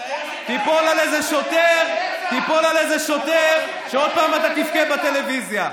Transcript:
תיפול על איזה שוטר, ועוד פעם אתה תבכה בטלוויזיה.